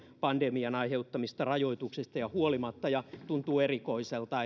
pandemian aiheuttamista rajoituksista huolimatta ja tuntuu erikoiselta